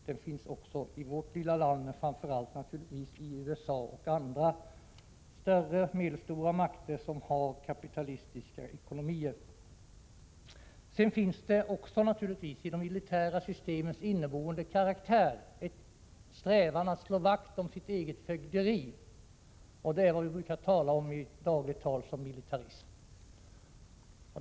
Den finns också i vårt lilla land, men framför allt i USA och andra större och medelstora makter som har kapitalistiska ekonomier. I de militära systemens karaktär finns inneboende en strävan att slå vakt om sitt eget fögderi. Det är vad vi i dagligt tal brukar kalla militarism.